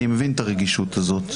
אני מבין את הרגישות שלך,